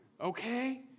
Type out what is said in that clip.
okay